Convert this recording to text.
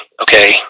Okay